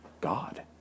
god